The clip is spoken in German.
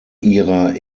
ihrer